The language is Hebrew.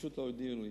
פשוט לא הודיעו לי,